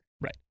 right